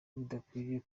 bidakwiriye